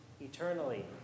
eternally